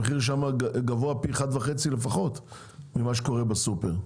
המחיר שם גבוה פי אחד וחצי לפחות ממה שקורה בסופר.